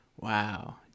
Wow